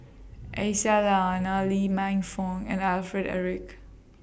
Aisyah Lyana Lee Man Fong and Alfred Eric